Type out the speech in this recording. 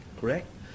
correct